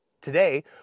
Today